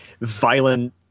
violent